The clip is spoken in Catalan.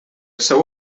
seu